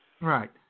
Right